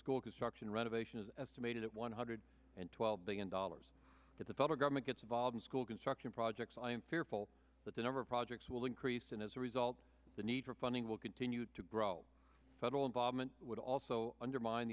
school construction renovation is estimated at one hundred and twelve billion dollars at the federal government gets involved in school construction projects i am fearful that the number of projects will increase and as a result the need for funding will continue to grow federal involvement would also undermine